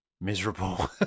Miserable